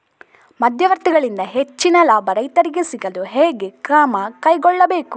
ಮಧ್ಯವರ್ತಿಗಳಿಂದ ಹೆಚ್ಚಿನ ಲಾಭ ರೈತರಿಗೆ ಸಿಗಲು ಹೇಗೆ ಕ್ರಮ ಕೈಗೊಳ್ಳಬೇಕು?